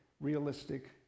realistic